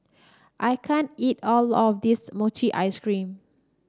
I can't eat all of this Mochi Ice Cream